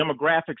demographics